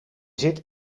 zit